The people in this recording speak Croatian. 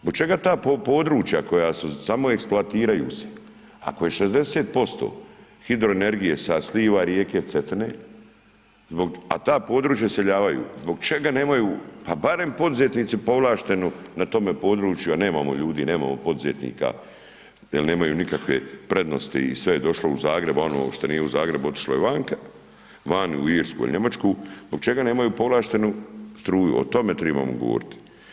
Zbog čega ta područja koja samo eksploatiraju se ako je 60% hidroenergije sa sliva rijeke Cetine, a ta područja iseljavaju, zbog čega nemaju pa barem poduzetnici, povlaštenu na tome području a nemamo ljudi, nemamo poduzetnika jer nemaju nikakve prednosti i sve je došlo u Zagreb a ono što nije u Zagrebu, otišlo je vanka, vani u Irsku i Njemačku, zbog čega nemaju povlaštenu struju, o tome trebamo govoriti.